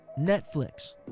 Netflix